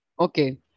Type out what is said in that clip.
Okay